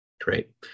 Great